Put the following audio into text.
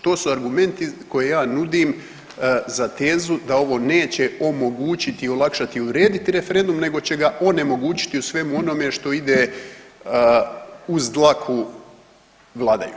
To su argumenti koje ja nudim za tezu da ovo neće omogućiti i olakšati i urediti referendum nego će ga onemogućiti u svemu onome što ide uz dlaku vladajućima.